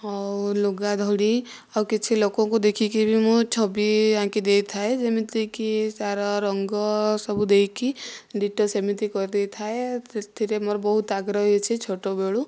ଆଉ ଲୁଗା ଧଡ଼ି ଆଉ କିଛି ଲୋକଙ୍କୁ ଦେଖିକରି ମୁଁ ଛବି ଆଙ୍କି ଦେଇଥାଏ ଯେମିତି କି ତା'ର ରଙ୍ଗ ସବୁ ଦେଇକି ଡିଟୋ ସେମିତି କରିଦେଇଥାଏ ସେଥିରେ ମୋର ବହୁତ ଆଗ୍ରହୀ ଅଛି ଛୋଟ ବେଳୁ